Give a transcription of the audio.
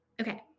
Okay